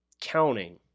counting